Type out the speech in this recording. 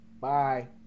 Bye